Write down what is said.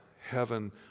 heaven